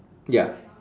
ya